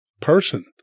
person